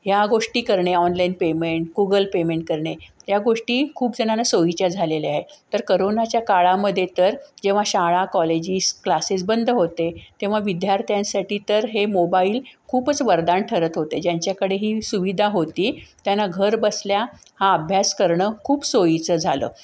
ह्या गोष्टी करणे ऑनलाईन पेमेंट गुगल पेमेंट करणे या गोष्टी खूप जणांना सोयीच्या झालेल्या आहे तर कोरोनाच्या काळामध्ये तर जेव्हा शाळा कॉलेजीस क्लासेस बंद होते तेव्हा विद्यार्थ्यांसाठी तर हे मोबाईल खूपच वरदान ठरत होते ज्यांच्याकडे ही सुविधा होती त्यांना घर बसल्या हा अभ्यास करणं खूप सोयीचं झालं